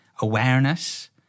awareness